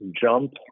jump